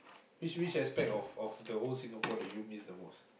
which which aspect of of the old Singapore that you miss the most